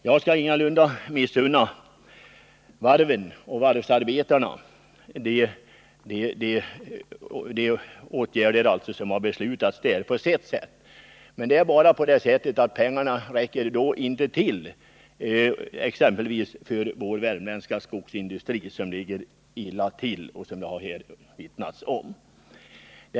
Jag missunnar ingalunda varven eller varvsarbetarna de beslutade åtgärderna. Men pengarna räcker i så fall inte till för t.ex. vår värmländska skogsindustri som ligger illa till, som man har vittnat om här.